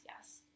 yes